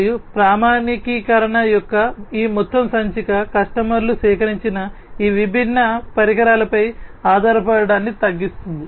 మరియు ప్రామాణీకరణ యొక్క ఈ మొత్తం సంచిక కస్టమర్లు సేకరించిన ఈ విభిన్న పరికరాలపై ఆధారపడటాన్ని తగ్గిస్తుంది